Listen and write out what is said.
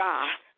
God